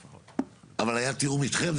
היה תיאום אתכם?